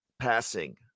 passing